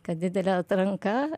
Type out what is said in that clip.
kad didelė atranka